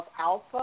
alpha